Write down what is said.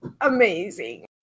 Amazing